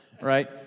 right